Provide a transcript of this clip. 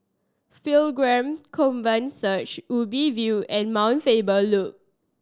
Pilgrim Covenant Church Ubi View and Mount Faber Loop